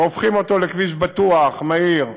והופכים אותו לכביש בטוח, מהיר,